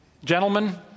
Gentlemen